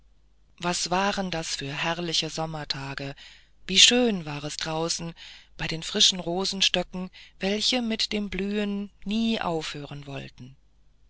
was waren das für herrliche sommertage wie schön war es draußen bei den frischen rosenstöcken welche mit dem blühen nie aufhören wollten